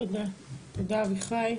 תודה, אביחי.